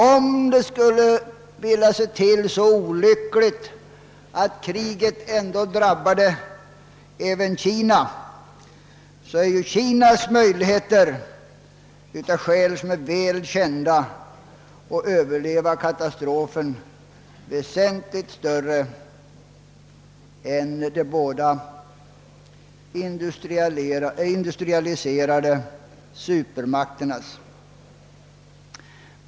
Om det skulle vilja sig så olyckligt att kriget ändå drabbade även Kina, är ju dess möjligheter att överleva katastrofen av skäl som är väl kända väsentligt större än de båda industrialiserade supermakternas.